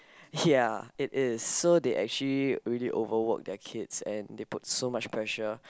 ya it is so they actually really overwork their kids and they put so much pressure